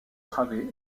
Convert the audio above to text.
travées